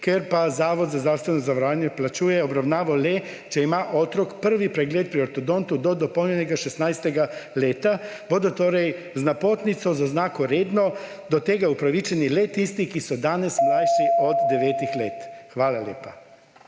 ker pa Zavod za zdravstveno zavarovanje plačuje obravnavo le, če ima otrok prvi pregled pri ortodontu do dopolnjenega 16. leta? Bodo torej z napotnico z oznako redno do tega upravičeni le tisti, ki so danes mlajši od 9 let? Hvala lepa.